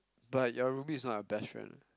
but your Ruby is not a best friend